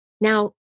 Now